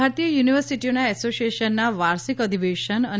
ભારતીય યુનિવર્સિટીઓના એસોસિએશનના વાર્ષિક અધિવેશન અને